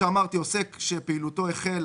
עוסק שפעילותו החלה